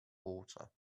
water